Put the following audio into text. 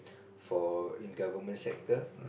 for in government sector